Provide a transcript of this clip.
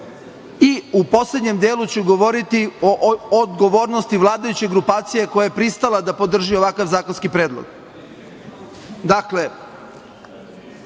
i u poslednjem delu ću govoriti o odgovornosti vladajuće grupacije koja je pristala da podrži ovakav zakonski predlog. Dakle,